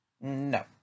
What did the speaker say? No